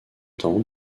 temps